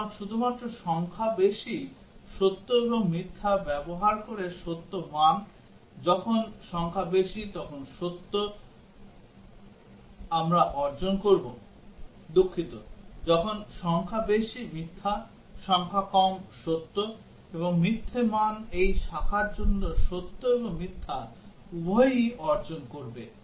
সুতরাং শুধুমাত্র সংখ্যা বেশি সত্য এবং মিথ্যা ব্যবহার করে সত্য মান যখন সংখ্যা বেশি সত্য আমরা অর্জন করব দুঃখিত যখন সংখ্যা বেশি মিথ্যা সংখ্যা কম সত্য এবং মিথ্যা মান এই শাখার জন্য সত্য এবং মিথ্যা উভয়ই অর্জন করবে